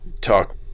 talk